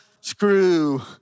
screw